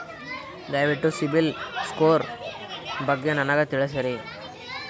ದಯವಿಟ್ಟು CIBIL score ಬಗ್ಗೆ ನನಗ ತಿಳಸರಿ?